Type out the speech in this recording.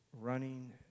Running